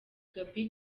gaby